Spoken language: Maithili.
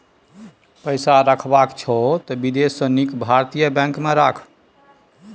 पैसा रखबाक छौ त विदेशी सँ नीक भारतीय बैंक मे पाय राख